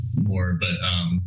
more—but